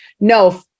no